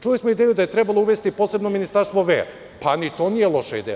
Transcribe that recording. Čuli smo ideju da je trebalo uvesti posebno ministarstvo vera, pa ni to nije loša ideja.